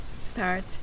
start